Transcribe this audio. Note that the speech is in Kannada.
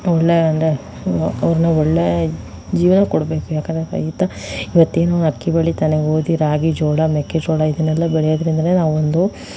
ಒಳ್ಳೆಯ ಅಂದರೆ ಅವರನ್ನ ಒಳ್ಳೆಯ ಜೀವನ ಕೊಡಬೇಕು ಯಾಕೆಂದರೆ ರೈತ ಇವತ್ತೇನು ಅಕ್ಕಿ ಬೆಳೀತಾನೆ ಗೋಧಿ ರಾಗಿ ಜೋಳ ಮೆಕ್ಕೆಜೋಳ ಇದನ್ನೆಲ್ಲ ಬೆಳೆಯೋದ್ರಿಂದಾನೇ ನಾವೊಂದು